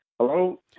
Hello